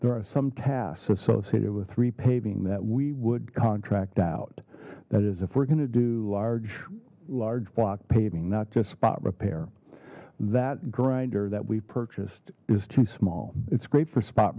there are some tasks associated with repaving that we would contract out that is if we're going to do large large block paving not just spot repair that grinder that we purchased is too small it's great for spot